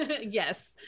Yes